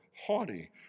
haughty